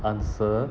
answer